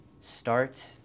start